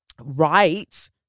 right